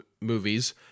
movies